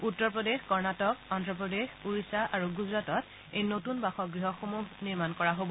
উত্তৰপ্ৰদেশ কৰ্ণাকট অদ্ধপ্ৰদেশ ওড়িশা আৰু গুজৰাটত এই নতুন বাসগৃহসমূহ নিৰ্মাণ কৰা হব